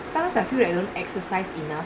sometimes I feel like I don't exercise enough